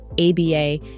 ABA